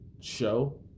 show